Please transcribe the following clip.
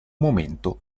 momento